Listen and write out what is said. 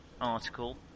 article